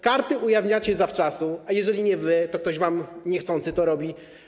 Karty ujawniacie zawczasu, a jeżeli nie wy, to ktoś wam niechcący to robi.